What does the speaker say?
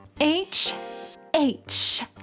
H-H